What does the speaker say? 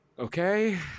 Okay